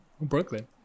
brooklyn